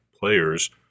players